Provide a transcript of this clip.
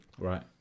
Right